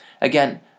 Again